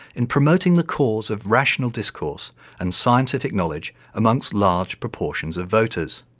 in promoting the cause of rational discourse and scientific knowledge amongst large proportions of voters.